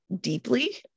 deeply